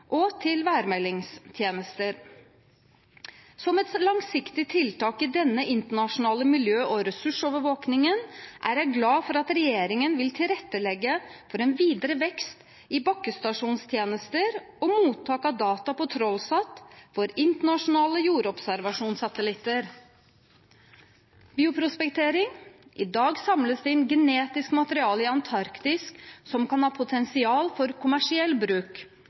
og til værmeldingstjenester. Jeg er glad for at regjeringen som et langsiktig tiltak i denne internasjonale miljø- og ressursovervåkingen vil tilrettelegge for en videre vekst i bakkestasjonstjenester og mottak av data på TrollSat for internasjonale jordobservasjonssatellitter. Når det gjelder bioprospektering, samles det i dag inn genetisk materiale i Antarktis som kan ha potensial for kommersiell bruk,